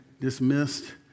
dismissed